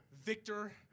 Victor